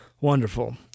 Wonderful